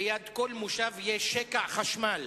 ליד כל מושב יהיה שקע חשמל.